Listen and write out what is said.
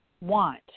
want